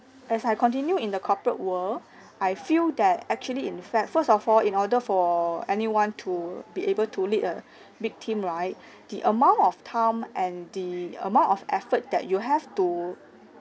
as I continue in the corporate world I feel that actually in fact first of all in order for anyone to be able to lead a big team right the amount of time and the amount of effort that you have to